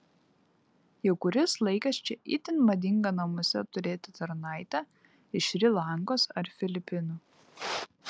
jau kuris laikas čia itin madinga namuose turėti tarnaitę iš šri lankos ar filipinų